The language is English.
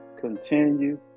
continue